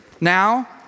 Now